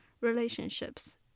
relationships